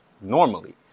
normally